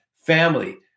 family